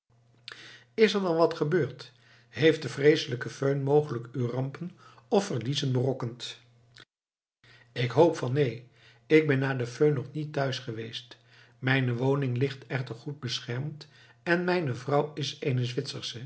is er dan wat gebeurd heeft de vreeselijke föhn mogelijk u rampen of verliezen berokkend ik hoop van neen ik ben na de föhn nog niet thuis geweest mijne woning ligt echter goed beschermd en mijne vrouw is eene